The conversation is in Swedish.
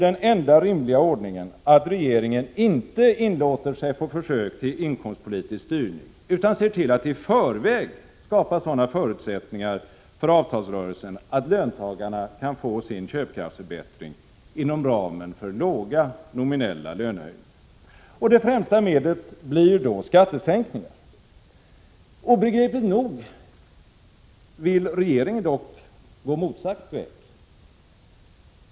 Den enda rimliga ordningen är att regeringen inte inlåter sig på försök till inkomstpolitisk styrning utan ser till att i förväg skapa sådana förutsättningar för avtalsrörelsen att löntagarna kan få sin köpkraftsförbättring inom ramen för låga nominella lönehöjningar. Det främsta medlet blir då skattesänkningar. Obegripligt nog vill regeringen dock gå motsatt väg.